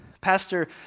Pastor